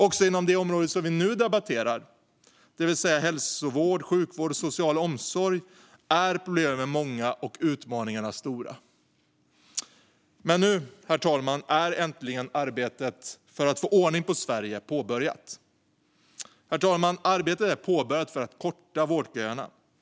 Också inom det område vi nu debatterar, det vill säga hälso och sjukvård och social omsorg, är problemen många och utmaningarna stora. Men nu, herr talman, är äntligen arbetet för att få ordning på Sverige påbörjat. Arbetet är påbörjat för att korta vårdköerna.